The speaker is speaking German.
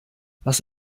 was